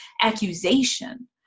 accusation